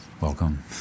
welcome